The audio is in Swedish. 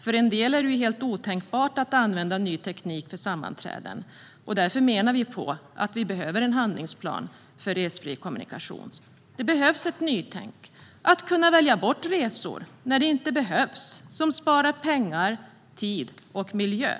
För en del är det helt otänkbart att använda ny teknik för sammanträden. Därför menar vi att vi behöver en handlingsplan för resfri kommunikation. Det behövs ett nytänk. Det handlar om att kunna välja bort resor när de inte behövs. Det sparar pengar, tid och miljö.